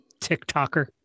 TikToker